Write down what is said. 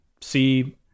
see